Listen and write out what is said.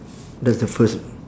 that's the first